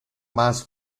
más